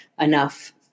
enough